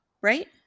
right